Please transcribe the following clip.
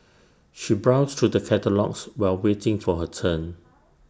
she browsed through the catalogues while waiting for her turn